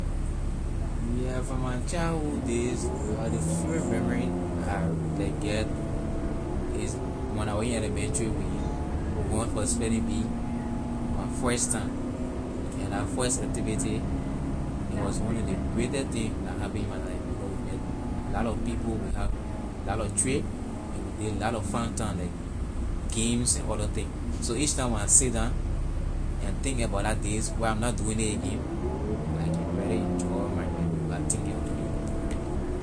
Yeah from my childhood days the few memory I like get is when I was in elementary we went for spelling bee my first time and that first activity it was one of the greatest thing that happen in my life because we met lot of people we have lot of trip and we did lot of fine time like games and other thing so each time when I sit down and think about that days while I'm not doing it again I can really enjoy my memory by thinking about it.